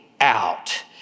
out